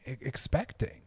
expecting